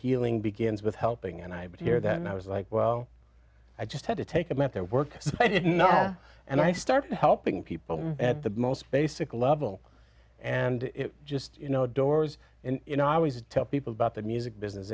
begins with helping and i hear that and i was like well i just had to take them at their work i did not and i started helping people at the most basic level and just you know doors and you know i always tell people about the music business